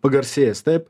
pagarsėjęs taip